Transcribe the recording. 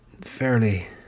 fairly